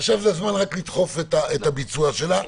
עכשיו זה הזמן לדחוף את הביצוע שלה.